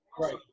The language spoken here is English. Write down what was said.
Right